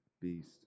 beast